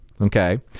okay